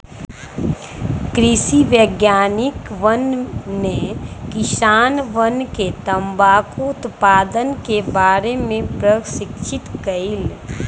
कृषि वैज्ञानिकवन ने किसानवन के तंबाकू उत्पादन के बारे में प्रशिक्षित कइल